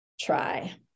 try